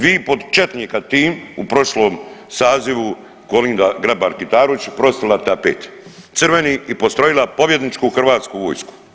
Vi pod četnika tim u prošlom sazivu Kolinda Grabar Kitarović prostrla tapet, crveni i postrojila pobjedničku hrvatsku vojsku.